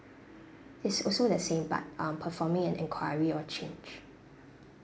it's also the same but um performing an enquiry or change